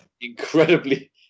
Incredibly